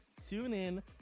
TuneIn